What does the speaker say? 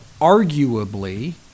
arguably